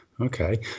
okay